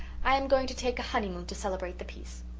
i am going to take a honeymoon to celebrate the peace.